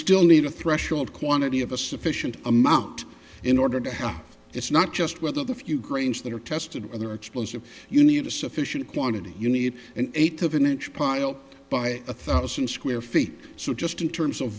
still need a threshold quantity of a sufficient amount in order to have it's not just whether the few grange that are tested whether explosives you need a sufficient quantity you need an eighth of an inch pile by a thousand square feet so just in terms of